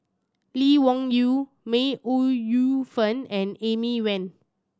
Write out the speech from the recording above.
Lee Wung Yew May Ooi Yu Fen and Amy Van